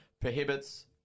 prohibits